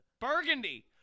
Burgundy